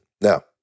Now